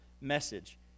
message